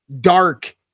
dark